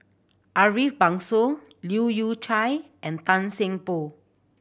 Ariff Bongso Leu Yew Chye and Tan Seng Poh